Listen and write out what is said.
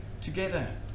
together